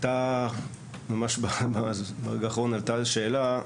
ממש ברגע האחרון עלתה שאלה.